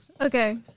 Okay